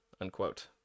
unquote